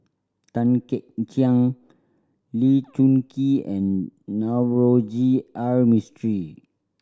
Tan Kek Hiang Lee Choon Kee and Navroji R Mistri